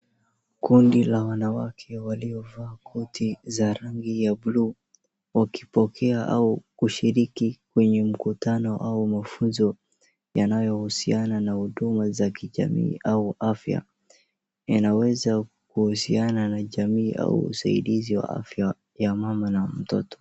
Kundi la wanawake waliovaa koti za rangi ya blue , wakipokea au kushiriki kwenye mkutano au mafunzo yanayohusiana na huduma za kijamii au afya, inaweza kuhusiana na jamii au afya ya mama na mtoto.